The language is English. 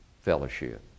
fellowship